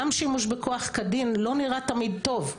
גם שימוש בכוח כדין לא נראה תמיד טוב,